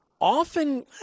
Often